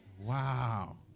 Wow